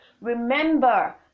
remember